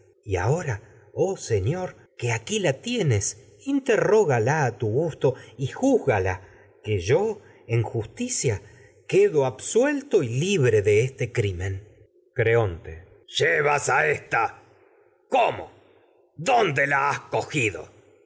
y ahora a oh señor aquí la tienes interrógala tu gusto y júzgala que yo en justicia quedo absuelto y libre de este crimen antígona creonte llevas a ésta cómo dónde la has